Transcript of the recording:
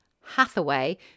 Hathaway